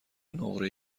نقره